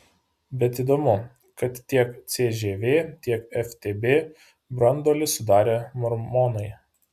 bet įdomu kad tiek cžv tiek ftb branduolį sudarė mormonai